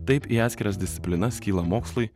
taip į atskiras disciplinas skyla mokslai